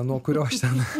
nuo kurio aš ten